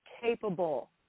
capable